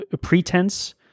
pretense